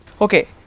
Okay